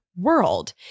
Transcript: world